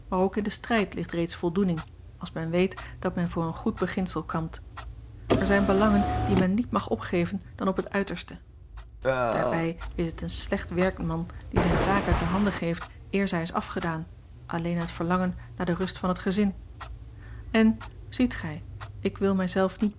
ook in den strijd ligt reeds voldoening als men weet dat men voor een goed beginsel kampt er zijn belangen die men niet mag opgeven dan op het uiterste daarbij is het een slecht werkman die zijne taak uit de handen geeft eer zij is afgedaan alleen uit verlangen naar de rust van het gezin en ziet ge ik wil